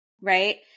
right